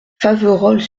faverolles